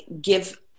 give